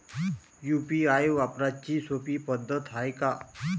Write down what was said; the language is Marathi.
यू.पी.आय वापराची सोपी पद्धत हाय का?